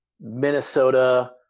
Minnesota